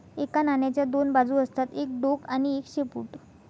एका नाण्याच्या दोन बाजू असतात एक डोक आणि एक शेपूट